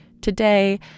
today